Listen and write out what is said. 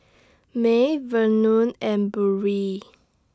May Vernon and Burrel